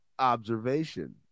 observation